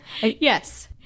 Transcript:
yes